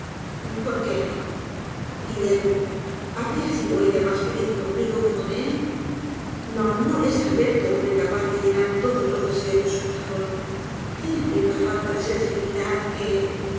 por qué no guillermo habría sido ellaihasfeliz conmigo que con él no no es alberto hombre capaz de llenar todos los deseos de su corazón tiene cierta falta de sensibilidad que